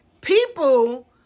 people